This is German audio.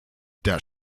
das